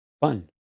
fun